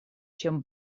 чем